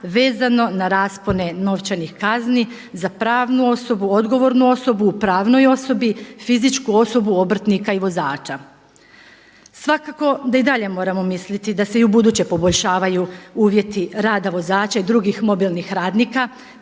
vezano na raspone novčanih kazni, za pravnu osobu, odgovornu osobu u pravnoj osobi, fizičku osobu, obrtnika i vozača. Svakako da i dalje moramo mislili da se i ubuduće poboljšavaju uvjeti rada vozača i drugih mobilnih radnika